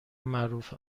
معروف